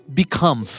become